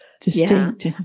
Distinct